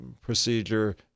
procedure